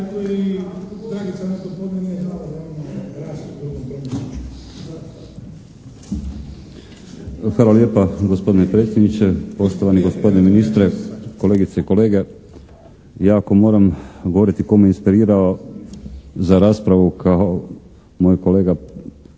Hvala lijepa gospodine predsjedniče. Poštovani gospodine ministre, kolegice i kolege. Ja ako moram govoriti tko me inspirirao za raspravu kao moj kolega malo prije,